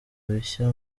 bishya